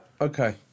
okay